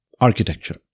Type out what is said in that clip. architecture